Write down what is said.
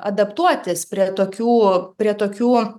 adaptuotis prie tokių prie tokių